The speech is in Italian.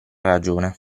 ragione